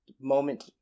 moment